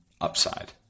upside